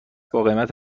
باقیمت